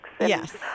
Yes